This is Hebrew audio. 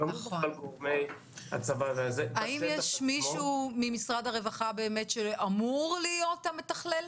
--- גורמי הצבא --- האם יש מישהו ממשרד הרווחה שאמור להיות המתכלל?